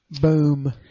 Boom